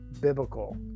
biblical